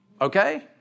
okay